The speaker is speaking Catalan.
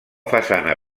façana